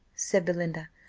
said belinda.